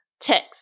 text